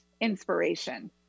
inspiration